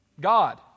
God